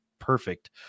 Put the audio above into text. perfect